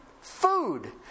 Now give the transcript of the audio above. food